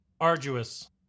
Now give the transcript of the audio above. Arduous